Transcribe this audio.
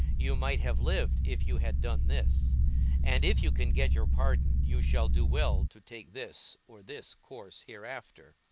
you might have lived if you had done this and if you can get your pardon, you shall do well to take this or this course hereafter.